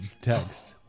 text